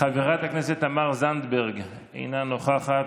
חברת הכנסת תמר זנדברג, אינה נוכחת,